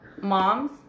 moms